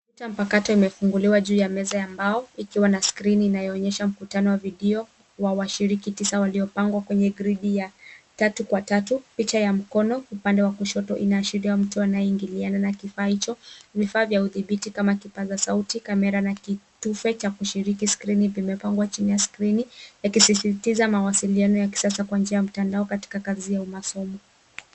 Kompyuta mpakato imefunguliwa juu ya meza ya mbao ikiwa na skrini inayoonyesha mkutano wa video wa washiriki tisa waliopangwa kwenye gridi ya tatu kwa tatu. Picha ya mkono upande wa kushoto inaashiria mtu anayeingiliana na kifaa hicho. Vifaa vya udhibiti kama kipaza sauti, kamera na kitufe cha kushiriki skrini vimepangwa chini ya skrini yakisisitiza mawasiliano ya kisasa kwa njia ya mtandao katika kazi au masomo.